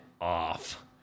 off